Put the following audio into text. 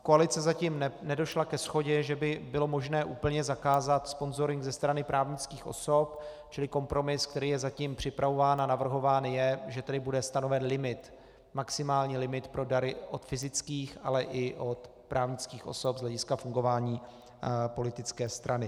Koalice zatím nedošla ke shodě, že by bylo možné úplně zakázat sponzoring ze strany právnických osob, čili kompromis, který je zatím připravován a navrhován je, že tedy bude stanoven limit, maximální limit pro dary od fyzických, ale i od právnických osob z hlediska fungování politické strany.